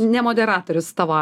ne moderatorius tavo